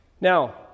Now